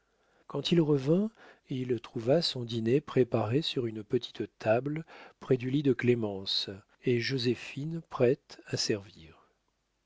quand il revint il trouva son dîner préparé sur une petite table près du lit de clémence et joséphine prête à servir